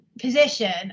position